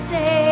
Say